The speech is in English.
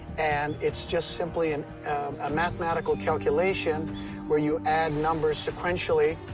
and it's just simply and a mathematical calculation where you add numbers sequentially,